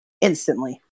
instantly